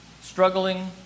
struggling